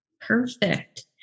Perfect